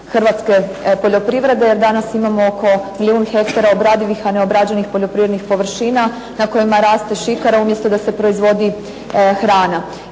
hrvatske poljoprivrede, jer danas imamo oko milijun hektara obradivih, a ne obrađenih poljoprivrednih površina, na kojima raste šikara umjesto da se proizvodi hrana.